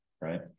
right